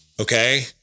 okay